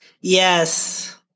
Yes